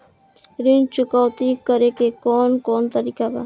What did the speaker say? ऋण चुकौती करेके कौन कोन तरीका बा?